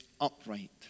upright